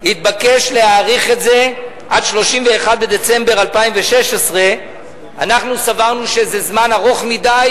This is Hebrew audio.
התבקש להאריך את זה עד 31 בדצמבר 2016. אנחנו סברנו שזה זמן ארוך מדי,